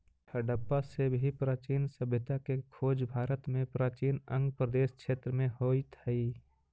हडप्पा से भी प्राचीन सभ्यता के खोज भारत में प्राचीन अंग प्रदेश क्षेत्र में होइत हई